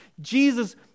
Jesus